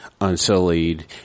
unsullied